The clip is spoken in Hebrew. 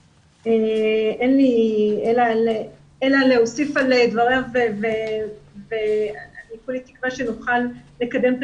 אין לי אלא להוסיף על דבריו ואני כולי תקווה שנוכל לקדם את